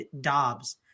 Dobbs